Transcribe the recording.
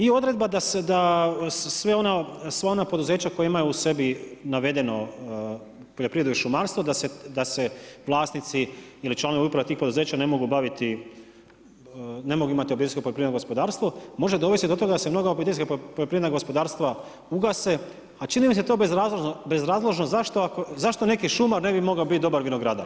I odredba da sva ona poduzeća koja imaju u sebi navedeno poljoprivreda i šumarstvo, da se vlasnici ili članovi uprava tih poduzeća ne mogu baviti, ne mogu imati obiteljsko poljoprivredno gospodarstvo može dovesti do toga, da se mnoga obiteljsko poljoprivredno gospodarstva ugase, a čini mi se to bez razloga, zašto neki šumar ne bi mogao biti dobar vinogradar?